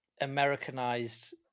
Americanized